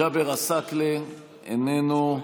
ג'אבר עסאקלה, איננו,